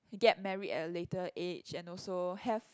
get married at a later age and also have